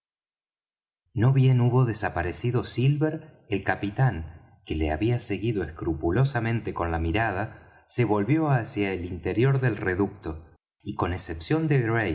no bien hubo desaparecido silver el capitán que le había seguido escrupulosamente con la mirada se volvió hacia el interior del reducto y con excepción de